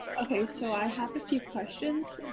okay, so i have a few questions.